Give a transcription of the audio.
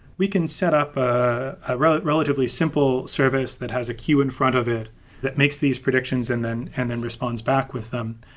we can set up ah a relatively simple service that has a queue in front of it that makes these predictions and then and then responds back with them.